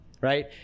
Right